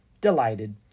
delighted